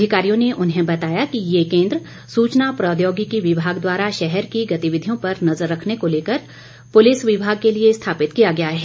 अधिकारियों ने उन्हें बताया कि ये केंद्र सुचना प्रौद्योगिकी विभाग द्वारा शहर की गतिविधियों पर नज़र रखने को लेकर पुलिस विभाग के लिए स्थापित किया गया है